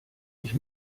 ich